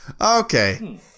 Okay